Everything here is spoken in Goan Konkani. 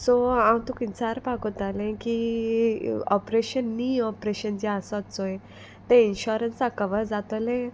सो हांव तुक विचारपाक कोत्तालें की ऑप्रेशन नी ऑप्रेशन जें आसोत चोय तें इन्शॉरन्साक कवर जातोलें